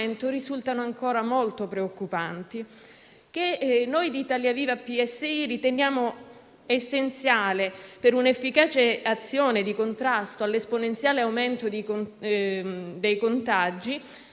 risultano ancora molto preoccupanti. Noi di Italia Viva-PSI riteniamo essenziale, per un'efficace azione di contrasto all'esponenziale aumento dei contagi,